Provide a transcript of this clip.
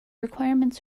requirements